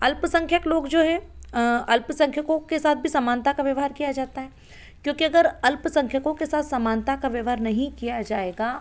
अल्पसंख्यक लोग जो हैं अल्प संख्यकों के साथ बी समानता का व्यवहार किया जाता है क्योंकि अगर अल्पसंख्यकों के साथ समानता का व्यवहार नहीं किया जाएगा